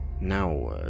Now